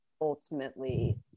ultimately